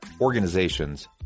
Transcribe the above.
organizations